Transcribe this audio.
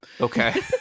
okay